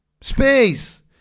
Space